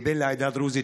כבן לעדה הדרוזית,